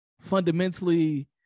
fundamentally